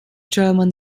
german